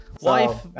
Wife